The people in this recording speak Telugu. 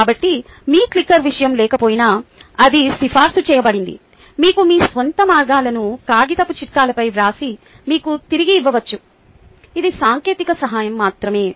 కాబట్టి మీకు క్లిక్కర్ విషయం లేకపోయినా అది సిఫార్సు చేయబడింది మీకు మీ స్వంత మార్గాలను కాగితపు చిట్కాలపై వ్రాసి మీకు తిరిగి ఇవ్వవచ్చు అది సాంకేతిక సహాయం మాత్రమే